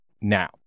now